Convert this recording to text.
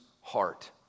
heart